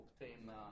obtain